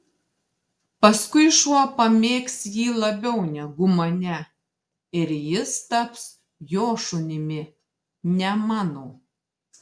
paskui šuo pamėgs jį labiau negu mane ir jis taps jo šunimi ne mano